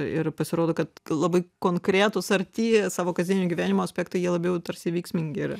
ir pasirodo kad labai konkretūs arti savo kasdienio gyvenimo aspektai jie labiau tarsi veiksmingi yra